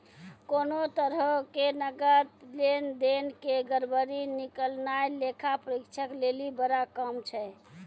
कोनो तरहो के नकद लेन देन के गड़बड़ी निकालनाय लेखा परीक्षक लेली बड़ा काम छै